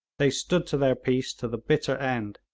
they stood to their piece to the bitter end.